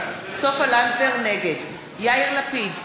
נגד יאיר לפיד,